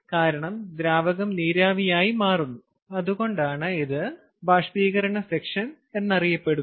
കാരണം ദ്രാവകം നീരാവിയായി മാറുന്നു അതുകൊണ്ടാണ് ഇത് ബാഷ്പീകരണ സെക്ഷൻ എന്നറിയപ്പെടുന്നത്